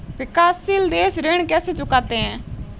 विकाशसील देश ऋण कैसे चुकाते हैं?